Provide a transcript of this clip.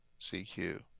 CQ